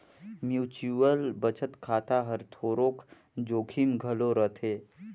mutual बचत खाता हर थोरोक जोखिम घलो रहथे